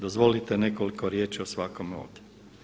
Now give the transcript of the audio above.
Dozvolite nekoliko riječi o svakome ovdje.